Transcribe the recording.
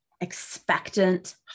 expectant